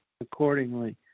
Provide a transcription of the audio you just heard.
accordingly